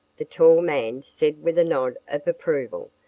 the tall man said with a nod of approval,